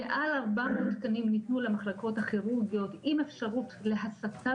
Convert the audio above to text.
מעל ארבע מאות תקנים ניתנו למחלקות הכירורגיות עם אפשרות להסטה